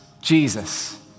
Jesus